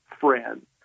friends